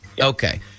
Okay